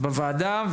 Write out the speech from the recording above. בוועדה.